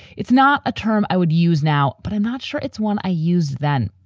it's not a term i would use now, but i'm not sure it's one i used then.